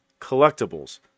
collectibles